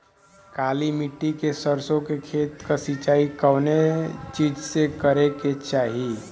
काली मिट्टी के सरसों के खेत क सिंचाई कवने चीज़से करेके चाही?